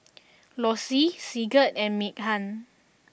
Lossie Sigurd and Meaghan